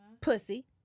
Pussy